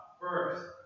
first